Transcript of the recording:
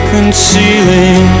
concealing